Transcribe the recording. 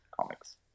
comics